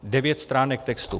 Devět stránek textu.